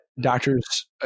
doctors